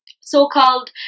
so-called